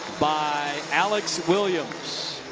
by alex williams.